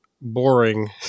boring